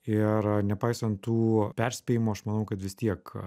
ir nepaisant tų perspėjimų aš manau kad vis tiek